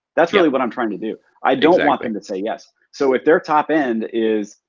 that's really what i'm trying to do. i don't want them to say yes. so if their top end is,